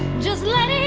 just let